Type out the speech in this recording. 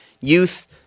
youth